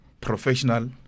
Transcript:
professional